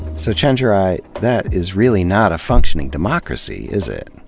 so chenjerai, that is really not a functioning democracy, is it.